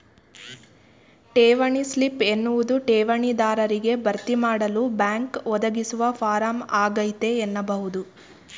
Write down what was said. ಠೇವಣಿ ಸ್ಲಿಪ್ ಎನ್ನುವುದು ಠೇವಣಿ ದಾರರಿಗೆ ಭರ್ತಿಮಾಡಲು ಬ್ಯಾಂಕ್ ಒದಗಿಸುವ ಫಾರಂ ಆಗೈತೆ ಎನ್ನಬಹುದು